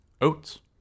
Oats